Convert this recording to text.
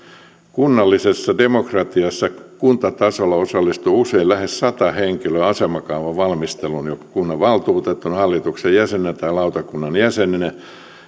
kunnallisessa demokratiassa eli kuntatasolla osallistuu usein lähes sata henkilöä asemakaavan valmisteluun joko kunnanvaltuutettuna hallituksen jäsenenä tai lautakunnan jäsenenä